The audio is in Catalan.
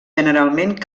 generalment